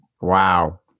Wow